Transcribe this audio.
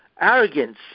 arrogance